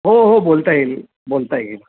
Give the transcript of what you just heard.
हो हो बोलता येईल बोलता येईल